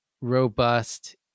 robust